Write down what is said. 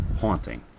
haunting